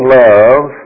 love